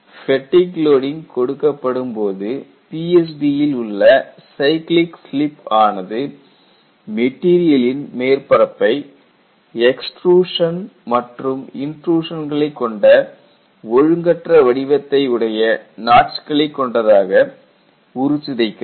fatigue loading கொடுக்கப்படும் போது PSB யில் உள்ள சைக்கிளிக் ஸ்லிப் ஆனது மெட்டீரியலின் மேற்பரப்பை எக்ஸ்ட்ருஷன் மற்றும் இன்ட்ரூஷன்களைக் கொண்ட ஒழுங்கற்ற வடிவத்தை உடைய நாட்ச்களை கொண்டதாக உருச்சிதைக்கிறது